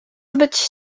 być